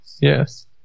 Yes